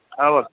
okay